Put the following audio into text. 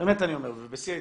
באמת ובשיא הידידות.